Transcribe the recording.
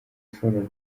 ashobora